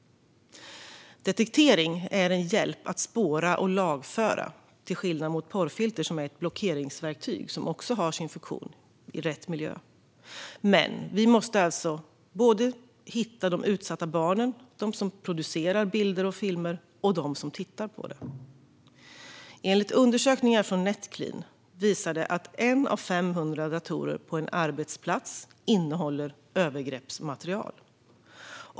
Detektering är en hjälp för att spåra och lagföra detta, till skillnad från porrfilter som är ett blockeringsverktyg. Porrfilter har dock i rätt miljö också en funktion. Men vi måste hitta såväl de utsatta barnen som dem som producerar bilder och filmer och dem som tittar på detta. Undersökningar från Netclean visar att 1 av 500 datorer på en arbetsplats innehåller övergreppsmaterial.